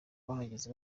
bahageze